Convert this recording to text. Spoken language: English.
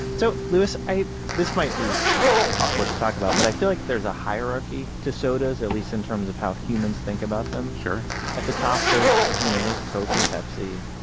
so, louis, this might be awkward to talk about, but i feel like there's a hierarchy to sodas, at least in terms of how humans think about them sure at the top, there's, you know, coke and pepsi,